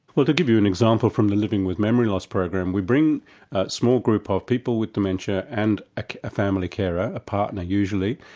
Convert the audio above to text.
well to give you an example from the living with memory loss program, we bring a small group of people with dementia and ah a family carer, a a partner usually,